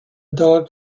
dog